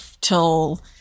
till